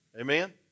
Amen